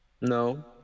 No